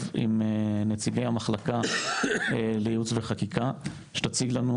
עם נציגי המחלקה לייעוץ וחקיקה שתציג לנו,